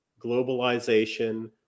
globalization